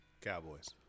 Cowboys